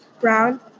brown